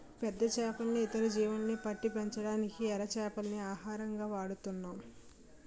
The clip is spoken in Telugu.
పెద్ద చేపల్ని, ఇతర జీవుల్ని పట్టి పెంచడానికి ఎర చేపల్ని ఆహారంగా వాడుతున్నాం